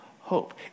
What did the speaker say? hope